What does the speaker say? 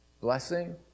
blessing